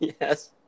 Yes